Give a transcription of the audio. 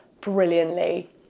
brilliantly